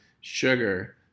sugar